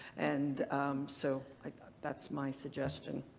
and so that's my suggestion.